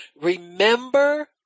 Remember